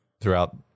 Throughout